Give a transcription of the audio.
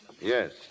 Yes